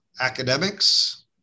academics